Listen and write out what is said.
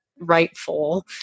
rightful